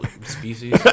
species